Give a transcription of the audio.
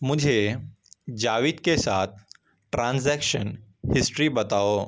مجھے جاوید کے ساتھ ٹرانزیکشن ہسٹری بتاؤ